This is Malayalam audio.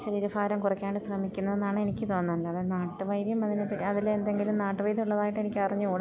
ശരീരഭാരം കുറയ്ക്കാൻ ശ്രമിക്കുന്നത് എന്നാണ് എനിക്ക് തോന്നുന്നത് നാട്ടുവൈദ്യം മൂലം അതിലെന്തെങ്കിലും നാട്ടുവൈദ്യം ഉള്ളതായിട്ട് എനിക്ക് അറിഞ്ഞുകൂട